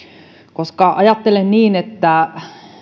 koska ajattelen niin että